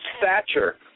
Thatcher